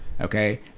Okay